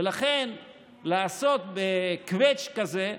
ולכן לעשות, בקווץ' כזה,